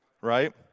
right